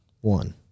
One